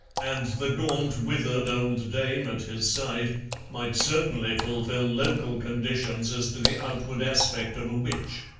and the gaunt, withered old dame at his side might certainly fulfil local conditions as to the outward aspect of a witch.